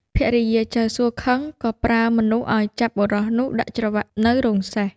ភរិយាចៅសួខឹងក៏ប្រើមនុស្សឱ្យចាប់បុរសនោះដាក់ច្រវាក់នៅរោងសេះ។